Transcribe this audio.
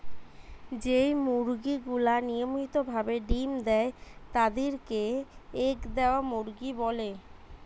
যেই মুরগি গুলা নিয়মিত ভাবে ডিম্ দেয় তাদির কে এগ দেওয়া মুরগি বলে